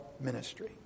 ministry